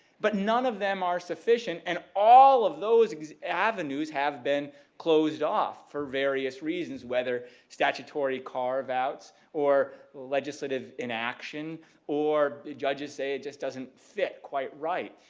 but none of them are sufficient and all of those avenues have been closed off for various reasons, whether statutory carve-outs or legislative inaction or judges say it just doesn't fit quite right.